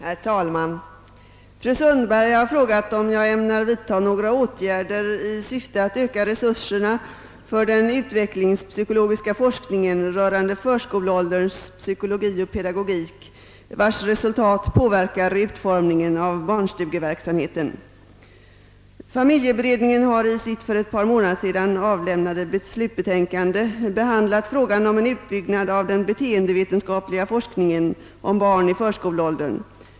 Herr talman! Fru Sundberg har frågat om jag ämnar vidta några åtgärder 1 syfte att öka resurserna för den utvecklingspsykologiska forskningen rörande förskoleålderns psykologi och pedagogik, vars resultat påverkar utformningen av barnstugeverksamheten. Familjeberedningen har i sitt för ett par månader sedan avlämnade slutbetänkande behandlat frågan om en utbyggnad av den beteendevetenskapliga forskningen om barn i förskoleåldern.